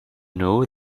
know